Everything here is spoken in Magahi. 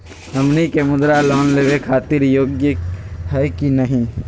हमनी के मुद्रा लोन लेवे खातीर योग्य हई की नही?